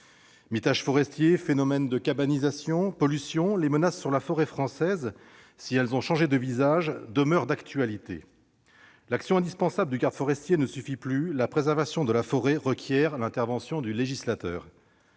Mitage forestier, phénomène de « cabanisation », pollution : les menaces sur la forêt française, si elles ont changé de visage, demeurent d'actualité. L'action indispensable du garde forestier ne suffit plus. La préservation de la forêt requiert l'intervention du législateur.